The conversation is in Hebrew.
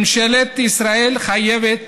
ממשלת ישראל חייבת